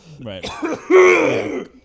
Right